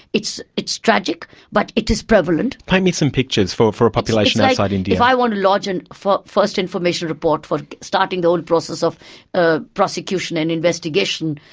it's it's tragic, but it is prevalent. paint me some pictures for for a population outside india. if i want to lodge and a first information report for starting the whole process of ah prosecution and investigation,